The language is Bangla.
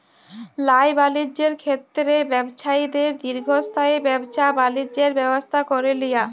ল্যায় বালিজ্যের ক্ষেত্রে ব্যবছায়ীদের দীর্ঘস্থায়ী ব্যাবছা বালিজ্যের ব্যবস্থা ক্যরে লিয়া